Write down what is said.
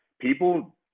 People